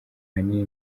ahanini